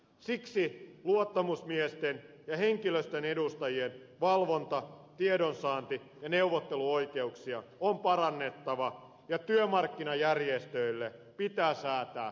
siksi luottamusmiesten ja henkilöstön edustajien valvonta tiedonsaanti ja neuvotteluoikeuksia on parannettava ja työmarkkinajärjestöille pitää säätää kanneoikeus